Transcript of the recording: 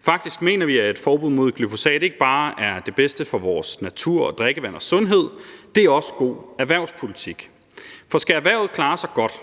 Faktisk mener vi, at et forbud mod glyfosat ikke bare er det bedste for vores natur og drikkevand og sundhed. Det er også god erhvervspolitik, for skal erhvervet klare sig godt,